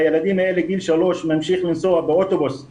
הילדים האלה בגיל 3 ממשיכים לנסוע באוטובוס עם